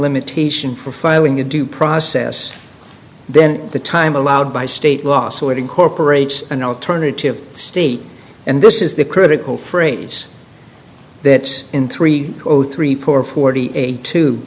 limitation for filing the due process then the time allowed by state law so it incorporates an alternative state and this is the critical phrase that in three zero three four forty eight t